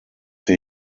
wir